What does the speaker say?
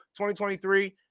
2023